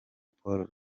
paul